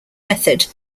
method